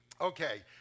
okay